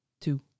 two